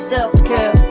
Self-care